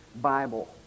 Bible